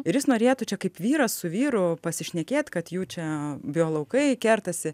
ir jis norėtų čia kaip vyras su vyru pasišnekėt kad jų čia biolaukai kertasi